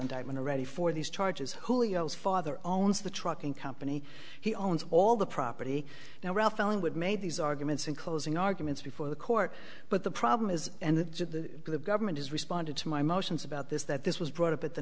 indictment already for these charges julio's father owns the trucking company he owns all the property now ralph ellenwood made these arguments in closing arguments before the court but the problem is and the government has responded to my motions about this that this was brought up at the